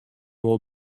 wol